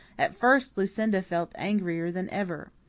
at first lucinda felt angrier than ever.